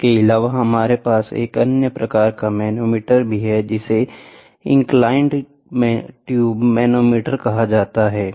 इसके अलावा हमारे पास एक अन्य प्रकार का मैनोमीटर भी है जिसे इंक्लाइंड ट्यूब मैनोमीटर कहा जाता है